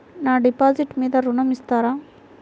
నా డిపాజిట్ మీద ఋణం ఇస్తారా?